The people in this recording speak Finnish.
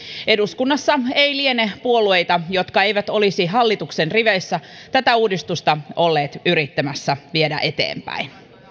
eduskunnassa ei liene puolueita jotka eivät olisi hallituksen riveissä tätä uudistusta olleet yrittämässä viedä eteenpäin